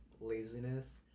laziness